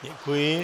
Děkuji.